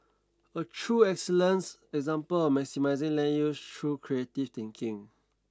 a true excellence example of maximizing land use through creative thinking